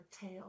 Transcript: tail